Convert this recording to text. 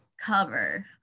cover